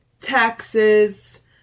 taxes